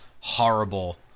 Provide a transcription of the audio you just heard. horrible